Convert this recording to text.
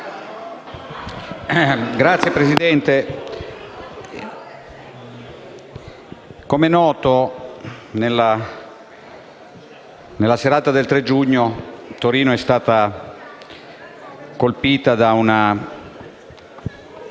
Signora Presidente, come è noto, nella serata del 3 giugno Torino è stata colpita da un